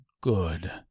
good